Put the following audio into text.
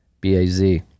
B-A-Z